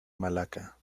malaca